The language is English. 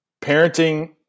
Parenting